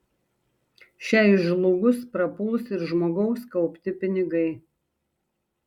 šiai žlugus prapuls ir žmogaus kaupti pinigai